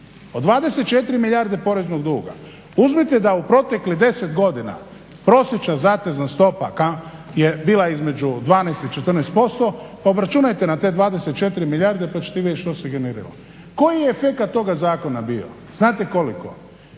O 24 milijarde poreznog duga. Uzmite da u proteklih 10 godina prosječna zatezna stopa je bila između 12 i 14% pa obračunajte na te 24 milijarde pa ćete vidjet što se …/Ne razumije se./…. Koji je efekt toga zakona bio, znate koliko,